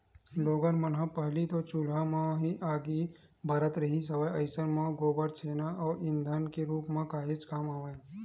लोगन मन ह पहिली तो चूल्हा म ही आगी बारत रिहिस हवय अइसन म गोबर छेना ह ईधन के रुप म काहेच काम आवय